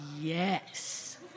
yes